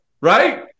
Right